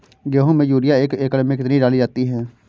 गेहूँ में यूरिया एक एकड़ में कितनी डाली जाती है?